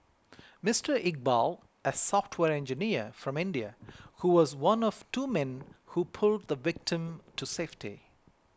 Mister Iqbal a software engineer from India who was one of two men who pulled the victim to safety